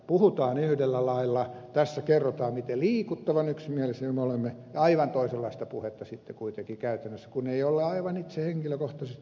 puhutaan yhdellä lailla tässä kerrotaan miten liikuttavan yksimielisiä me olemme ja aivan toisenlaista puhetta sitten kuitenkin käytännössä kun ei olla aivan itse henkilökohtaisesti vastuussa